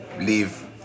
leave